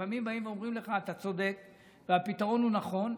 לפעמים באים ואומרים לך: אתה צודק והפתרון הוא נכון,